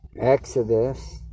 Exodus